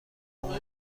اون